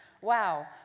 Wow